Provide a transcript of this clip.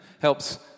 helps